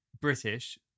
British